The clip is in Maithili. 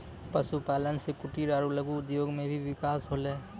पशुपालन से कुटिर आरु लघु उद्योग मे भी बिकास होलै